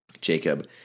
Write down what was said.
Jacob